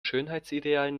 schönheitsidealen